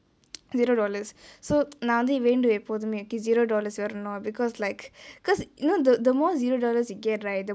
zero dollars so நா வந்து வேண்டுவே எப்போதுமே:naa vanthu venduvae eppothumae okay zero dollars வரனும்:varanum because like because you know the the more zero dollars you get right